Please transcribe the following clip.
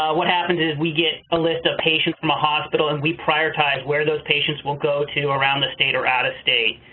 what happens is we get a list of patients from a hospital and we prioritize where those patients will go to around the state or out-of-state.